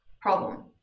problem